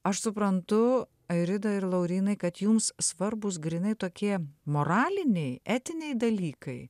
aš suprantu airida ir laurynai kad jums svarbūs grynai tokie moraliniai etiniai dalykai